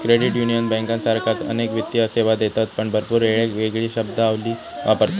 credit union बँकांसारखाच अनेक वित्तीय सेवा देतत पण भरपूर येळेक येगळी शब्दावली वापरतत